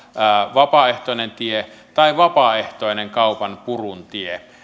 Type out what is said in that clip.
vapaaehtoinen tie tai vapaaehtoinen kaupanpurun tie